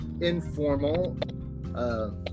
informal